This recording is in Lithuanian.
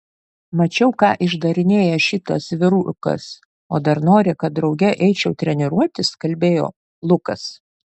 mačiau ką išdarinėja šitas vyrukas o dar nori kad drauge eičiau treniruotis kalbėjo lukas